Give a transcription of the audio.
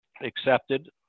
accepted